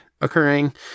occurring